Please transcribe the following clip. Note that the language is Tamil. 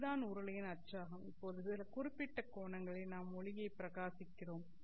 இதுதான் உருளையின் அச்சாகும் இப்போது சில குறிப்பிட்ட கோணங்களில் நாம் ஒளியைப் பிரகாசிக்கிறோம்